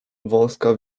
wąska